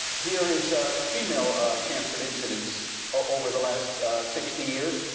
here is female cancer incidence over the last sixty years.